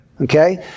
okay